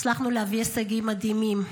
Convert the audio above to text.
הצלחנו להביא הישגים מדהימים.